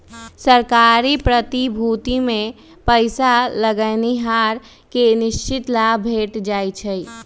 सरकारी प्रतिभूतिमें पइसा लगैनिहार के निश्चित लाभ भेंट जाइ छइ